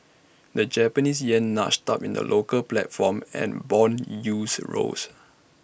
the Japanese Yen nudged up in the local platform and Bond yields rose